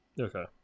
Okay